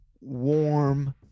warm